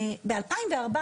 ב-2014,